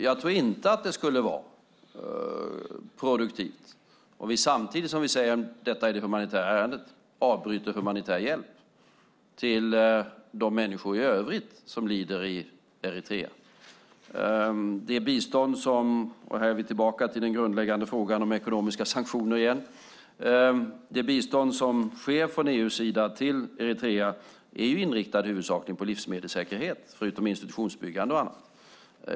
Jag tror inte att det skulle vara produktivt om vi samtidigt som vi säger att det här är ett humanitärt ärende avbryter humanitär hjälp till de människor i övrigt som lider i Eritrea. Här är vi tillbaka till den grundläggande frågan om ekonomiska sanktioner igen. Det bistånd som sker från EU:s sida till Eritrea är i huvudsak inriktat på livsmedelssäkerhet, förutom institutionsbyggande och annat.